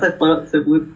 !alamak!